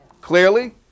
Clearly